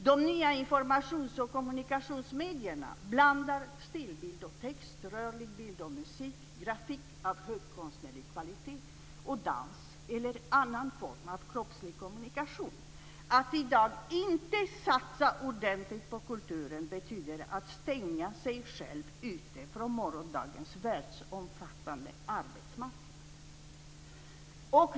De nya informations och kommunikationsmedierna blandar stillbild och text, rörlig bild och musik, grafik av hög konstnärlig kvalitet och dans eller annan form av kroppslig kommunikation. Att i dag inte satsa ordentligt på kulturen betyder att stänga sig själv ute från morgondagens världsomfattande arbetsmarknad.